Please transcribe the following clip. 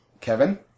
Kevin